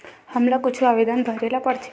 हमला कुछु आवेदन भरेला पढ़थे?